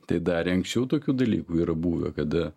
tai darę anksčiau tokių dalykų yra buvę kad